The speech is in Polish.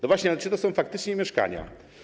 No właśnie, ale czy to są faktycznie mieszkania?